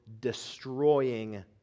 destroying